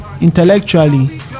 Intellectually